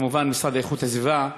כמובן מהמשרד להגנת הסביבה,